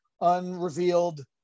unrevealed